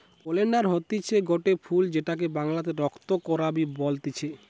oleander হতিছে গটে ফুল যেটাকে বাংলাতে রক্ত করাবি বলতিছে